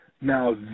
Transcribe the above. now